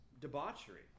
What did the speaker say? debauchery